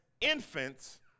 infants